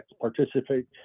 participate